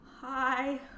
hi